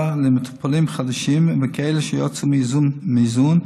למטופלים חדשים ולכאלה שיצאו מאיזון,